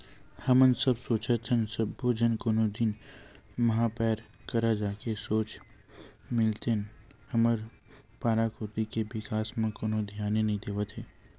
हमन सब सोचत हन सब्बो झन कोनो दिन महापौर करा जाके सोझ मिलतेन हमर पारा कोती के बिकास म कोनो धियाने नइ देवत हे